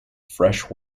fresh